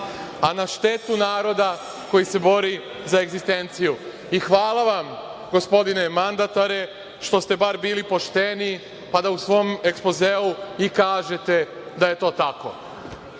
a na štetu naroda koji se bori za egzistenciju. Hvala vam, gospodine mandatare, što ste bar bili pošteni, pa da u svom ekspozeu i kažete da je to tako. Mene